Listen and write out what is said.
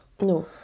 No